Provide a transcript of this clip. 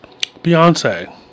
Beyonce